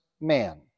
man